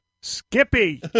Skippy